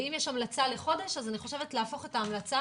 ואם יש המלצה לחודש אז אני חושבת להפוך את ההמלצה